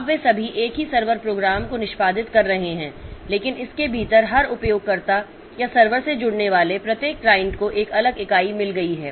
अब वे सभी एक ही सर्वर प्रोग्राम को निष्पादित कर रहे हैं लेकिन इसके भीतर हर उपयोगकर्ता या सर्वर से जुड़ने वाले प्रत्येक क्लाइंट को एक अलग इकाई मिल गई है